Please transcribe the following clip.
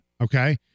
Okay